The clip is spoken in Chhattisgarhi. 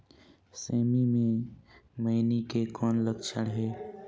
सेमी मे मईनी के कौन लक्षण हे?